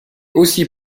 aussi